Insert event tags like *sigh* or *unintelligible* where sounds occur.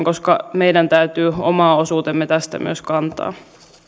*unintelligible* koska meidän täytyy oma osuutemme tästä myös kantaa